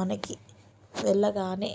మనకి వెళ్ళగానే